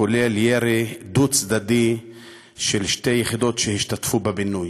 כולל ירי דו-צדדי של שתי יחידות שהשתתפו בפינוי.